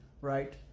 right